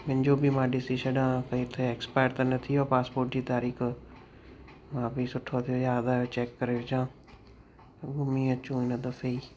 मुंहिंजो बि मां ॾिसी छॾां भई किथे एक्स्पायर त नथी वियो आहे पासपोट जी तारीख़ हा भई सुठो थियो याद आयो चेक करे विझां घुमी अचूं हिन दफ़े ई